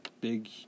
big